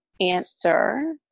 answer